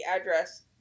address